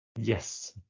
Yes